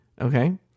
Okay